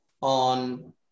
on